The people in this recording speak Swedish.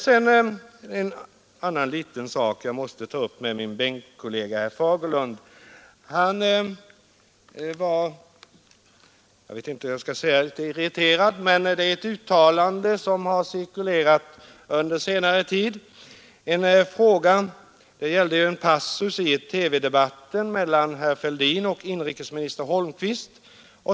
Det är en annan sak jag vill ta upp med min bänkkollega, herr Fagerlund. Han var litet irriterad över ett uttalande av herr Fälldin. Det gällde en passus i TV-debatten mellan herr Fälldin och inrikesminister Holmqvist.